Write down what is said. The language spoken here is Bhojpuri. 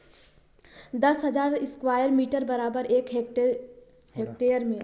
दस हजार स्क्वायर मीटर बराबर एक हेक्टेयर होला